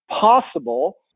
possible